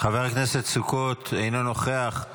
חבר הכנסת סוכות, אינו נוכח.